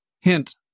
Hint